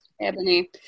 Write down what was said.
Ebony